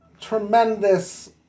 tremendous